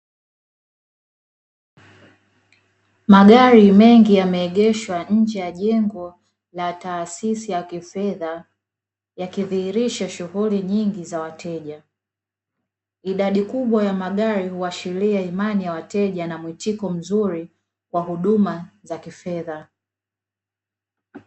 Magari mengi yameegeshwa nje ya jengo la taasisi ya kifedha yakidhihirisha shughuli nyingi za wateja, idadi kubwa ya magari huashiria imani ya wateja na muitiko mzuri kwa huduma za kifedha.